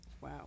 Wow